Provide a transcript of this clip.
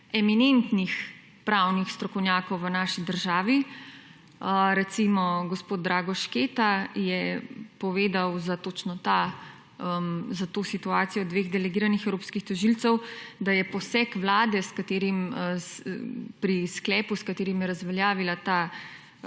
eminentnih pravnih strokovnjakov v naši državi, recimo gospod Drago Šketa je povedal za točno to situacijo dveh delegiranih evropskih tožilcev, da je poseg vlade s katerim pri sklepu s katerim je razveljavila ta